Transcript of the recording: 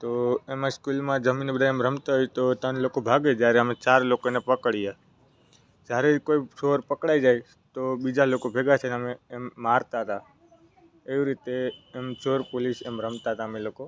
તો એમાં સ્કૂલમાં જમીને બધા એમ રમતા હોઈ તો ત્રણ લોકો ભાગે જ્યારે અમે ચાર લોકોને પકડીએ જ્યારે એ કોઈ ચોર પકડાઈ જાય તો બીજા લોકો ભેગા થઈને અમે એમ મારતા હતા એવી રીતે એમ ચોર પોલીસ એમ રમતા હતા અમે લોકો